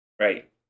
Right